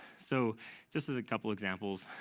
so just as a couple examples,